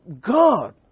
God